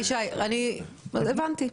הבנתי.